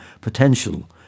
potential